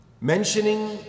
mentioning